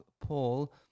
Paul